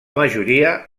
majoria